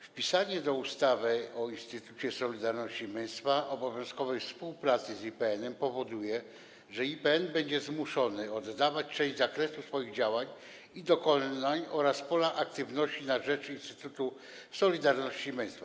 Wpisanie do ustawy o Instytucie Solidarności i Męstwa obowiązkowej współpracy z IPN-em powoduje, że IPN będzie zmuszony oddawać część zakresu swoich działań i dokonań oraz pola aktywności na rzecz Instytutu Solidarności i Męstwa.